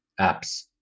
apps